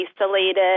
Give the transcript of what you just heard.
isolated